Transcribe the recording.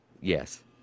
Yes